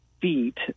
feet